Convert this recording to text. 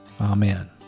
Amen